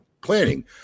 planning